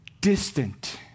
distant